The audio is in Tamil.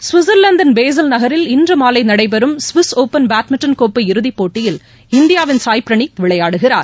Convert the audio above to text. கவிட்சர்லாந்தின் பேசல் நகரில் இன்றுமாலைநடைபெறும் கவிஸ் ஒபன் பேட்மிண்டன் கோப்பை இறுதிப் போட்டியில் இந்தியாவின் சாய் பிரணீத் விளையாடுகிறார்